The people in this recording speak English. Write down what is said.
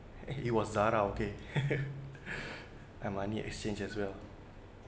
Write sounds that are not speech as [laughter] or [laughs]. he was okay [laughs] and money exchange as well